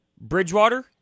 Bridgewater